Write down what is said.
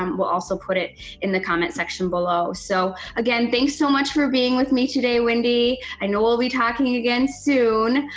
um we'll also put it in the comments section below. so again, thanks so much for being with me today, wendy. i know we'll be talking again soon.